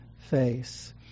face